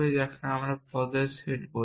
যাকে আমরা পদের সেট বলি